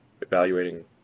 evaluating